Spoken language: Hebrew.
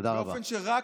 תודה רבה.